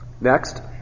Next